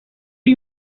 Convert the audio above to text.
are